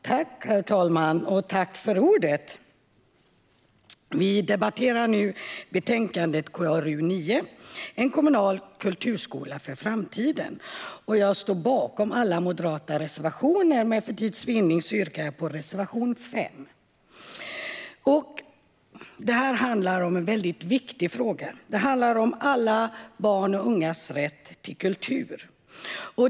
Herr talman! Vi ska nu debattera betänkande KrU9 En kommunal kulturskola för framtiden . Jag står bakom alla reservationer från Moderaterna, men för tids vinnande yrkar jag bifall endast till reservation 5. Det här är en viktig fråga. Det handlar om alla barns och ungas rätt till kultur.